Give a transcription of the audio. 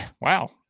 wow